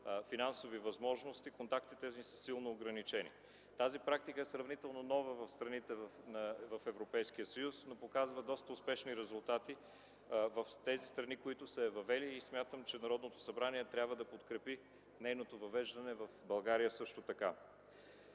финансови възможности контактите ни са силно ограничени. Тази практика е сравнително нова в страните от Европейския съюз, но показва доста успешни резултати в страните, в които е въведена. Смятам, че Народното събрание трябва да подкрепи нейното въвеждане в България. На